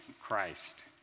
Christ